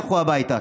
לכו הביתה.